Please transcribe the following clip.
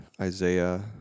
Isaiah